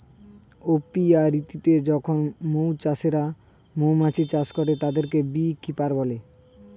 অপিয়া রীতে যখন মৌ চাষিরা মৌমাছি চাষ করে, তাদের বী কিপার বলে